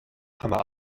hammer